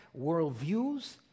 worldviews